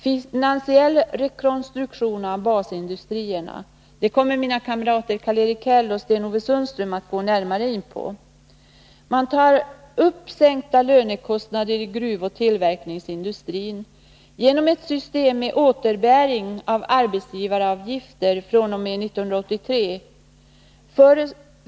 Frågan om finansiell rekonstruktion av basindustrierna kommer mina kamrater Karl-Erik Häll och Sten-Ove Sundström att gå in på närmare. Man tar upp sänkta lönekostnader i gruvoch tillverkningsindustrin genom ett system med återbäring av arbetsgivaravgifter fr.o.m. 1983.